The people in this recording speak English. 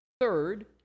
Third